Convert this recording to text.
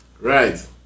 Right